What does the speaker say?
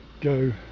go